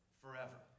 forever